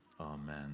Amen